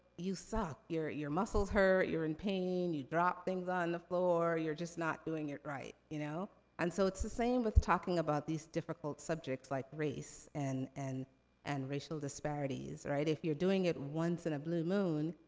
you suck. your your muscles hurt, you're in pain, you drop things on the floor. you're just not doing it right, you know? and so, it's the same with talking about these difficult subjects, like race, and and and racial disparities. right, if you're doing it once in a blue moon,